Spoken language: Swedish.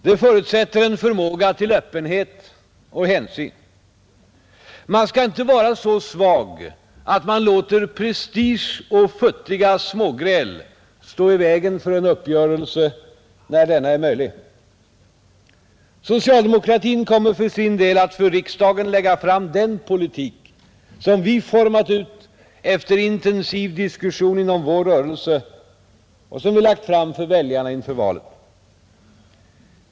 Det förutsätter en förmåga till öppenhet och hänsyn. Man skall inte vara så svag att man låter prestige och futtiga smågräl stå i vägen för en uppgörelse, när denna är möjlig. Socialdemokratin kommer för sin del att för riksdagen lägga fram den politik som vi format ut efter en intensiv diskussion inom vår rörelse och som vi lagt fram för väljarna inför valet.